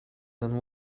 than